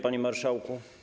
Panie Marszałku!